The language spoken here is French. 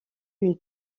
une